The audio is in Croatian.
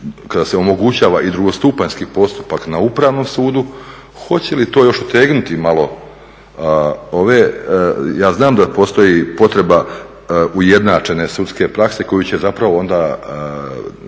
kada se omogućava i drugostupanjski postupak na Upravnom sudu. Hoće li to još otegnuti malo ove. Ja znam da postoji potreba ujednačene sudske prakse koju će zapravo onda